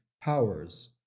powers